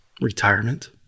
Retirement